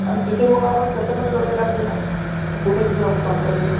आणि तिथून मग आपण कसं कसं जाता येईल आपल्याला कुठं दुसरा मुक्काम करता येईल